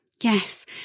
Yes